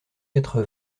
quatre